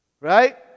Right